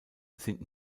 sind